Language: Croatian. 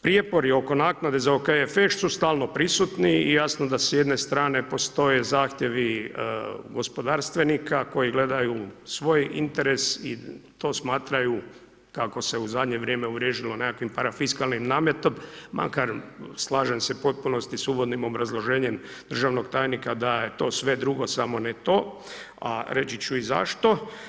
Prijepori oko naknade za OKFŠ su stalno pristupni i jasno da s jedne strane postoje zahtjevi gospodarstvenika koji gledaju svoj interes i to smatraju, kako se u zadnje uvriježilo nekakvim parafiskalnim nametom, makar slažem se u potpunosti s uvodnim obrazloženje državnog tajnika da je to sve druge samo ne to, a reći ću i zašto.